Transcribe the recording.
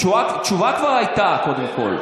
תשובה והצבעה, תשובה כבר הייתה, קודם כול.